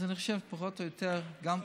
אז אני חושב שפחות או יותר גם,